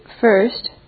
first